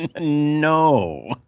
No